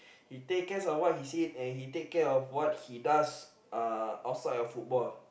he take cares of what he eat and he take care of what he does uh outside of football